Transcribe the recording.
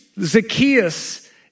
Zacchaeus